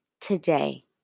today